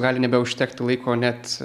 gali nebeužtekti laiko net